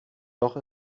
doch